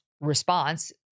response